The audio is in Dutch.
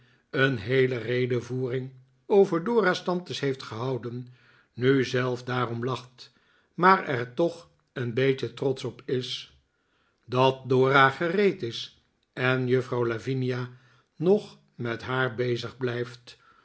een heele redevoering over dora's tantes heeft gehouden nu zelf daarom lacht maar er toch een beetje trotsch op is dat dora gereed is en juffrouw lavinia nog met haar bezig blijft